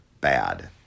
bad